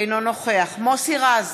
אינו נוכח מוסי רז,